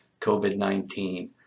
COVID-19